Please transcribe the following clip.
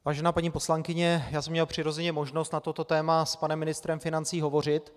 Vážená paní poslankyně, měl jsem přirozeně možnost na toto téma s panem ministrem financí hovořit.